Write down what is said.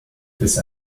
bis